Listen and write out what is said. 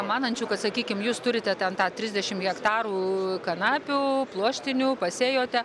manančių kad sakykim jūs turite ten tą trisdešim hektarų kanapių pluoštinių pasėjote